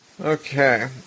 Okay